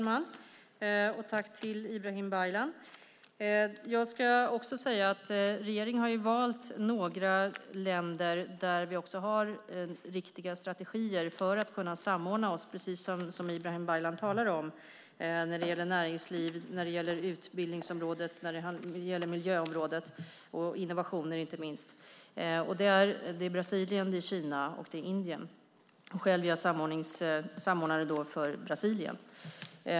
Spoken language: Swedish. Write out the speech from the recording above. Fru talman! Jag vill i min tur rikta ett tack till Ibrahim Baylan. Regeringen har valt några länder för vilka vi har riktiga strategier för att kunna samordna oss, precis som Ibrahim Baylan talar om, när det gäller näringslivet, utbildningsområdet, miljöområdet och, inte minst, innovationer. Det gäller då Brasilien, Kina och Indien. Själv är jag samordnare för Brasilien.